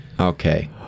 Okay